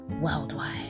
worldwide